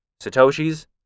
Satoshis